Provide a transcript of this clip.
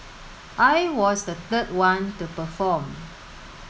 I was the third one to perform